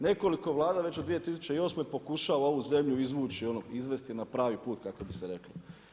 Nekoliko Vlada već od 2008. pokušava ovu zemlju izvući ono, izvesti na pravi put kako bi se reklo.